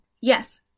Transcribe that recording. Yes